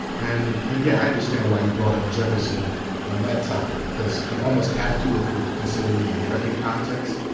and and yeah i understand why you brought up jefferson on that topic because you almost have to if you're considering the american context.